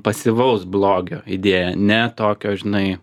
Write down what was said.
pasyvaus blogio idėja ne tokio žinai